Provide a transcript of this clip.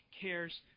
cares